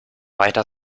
weiter